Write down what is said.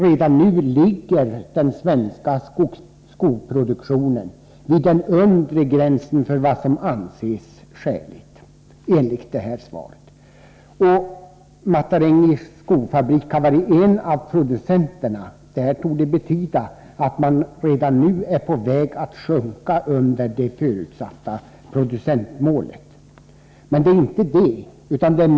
Redan nu ligger den svenska skoproduktionen vid den undre gränsen för vad som enligt svaret anses skäligt. Matarengi Skinnprodukter har varit en av producenterna när det gäller vår försörjningsberedskap beträffande skor. Det här torde betyda att man redan nu är på väg att hamna under den bestämda nivån.